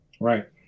Right